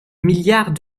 milliard